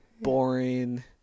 boring